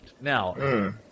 Now